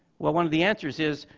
well, one of the answers is,